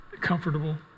comfortable